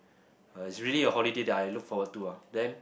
uh is a really a holiday that I look forward to ah then